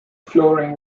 flooring